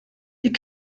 die